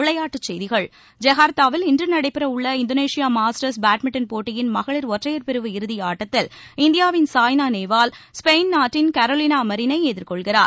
விளையாட்டுச்செய்திகள் ஐகார்த்தாவில் இன்று நடைபெற உள்ள இந்தோனேஷியா மாஸ்டர்ஸ் பேட்மிண்டன் போட்டியின் மகளிர் ஒற்றையர் பிரிவு இறுதியாட்டத்தில் இந்தியாவின் சாய்னா நேவால் ஸ்பெயின் நாட்டின் கரோலினா மரினை எதிர்கொள்கிறார்